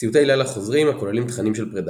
סיוטי לילה חוזרים הכוללים תכנים של פרידה.